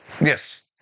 Yes